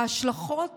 ההשלכות